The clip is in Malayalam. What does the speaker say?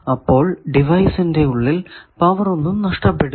അപ്പോൾ ഡിവൈസിന്റെ ഉള്ളിൽ പവർ ഒന്നും നഷ്ടപ്പെടില്ല